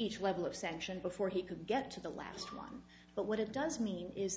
each level of sanction before he could get to the last one but what it does mean is that